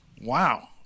Wow